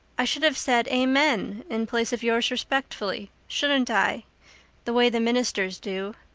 i should have said, amen in place of yours respectfully shouldn't i the way the ministers do.